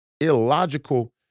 illogical